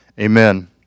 Amen